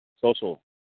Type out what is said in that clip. social